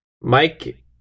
Mike